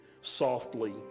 softly